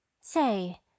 Say